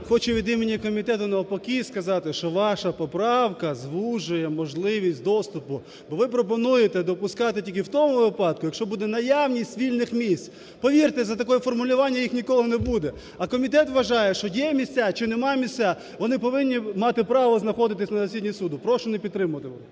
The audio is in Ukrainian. хочу від імені комітету навпаки сказати, що ваша поправка звужує можливість доступу. Ви пропонуєте допускати тільки в тому випадку, якщо буде наявність вільних місць. Повірте, за таке формування їх ніколи не буде. А комітет вважає, що є місця чи нема місць, вони повинні мати право знаходитися на засіданні суду. Прошу не підтримувати